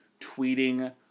tweeting